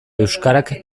euskarak